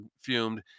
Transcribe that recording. fumed